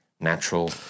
Natural